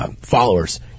Followers